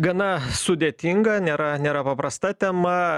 gana sudėtinga nėra nėra paprasta tema